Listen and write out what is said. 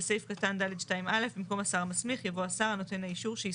בסעיף קטן ד' (2) א' במקום השר המסמיך יבוא השר נותן האישור שהסמיכו.